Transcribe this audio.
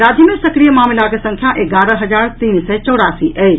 राज्य मे सक्रिय मामिलाक संख्या एगारह हजार तीन सय चौरासी अछि